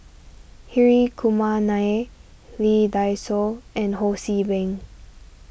Hri Kumar Nair Lee Dai Soh and Ho See Beng